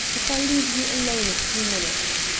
if i leave you alone a few minutes?